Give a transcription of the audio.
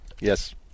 yes